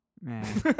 Man